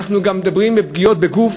אנחנו מדברים גם על פגיעות בגוף,